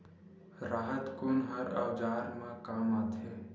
राहत कोन ह औजार मा काम आथे?